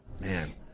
Man